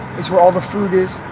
it's where all the food is,